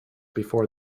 before